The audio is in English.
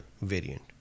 variant